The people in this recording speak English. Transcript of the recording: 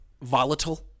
volatile